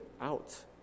out